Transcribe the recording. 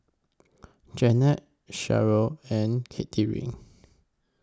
Jannette Cherryl and Katherin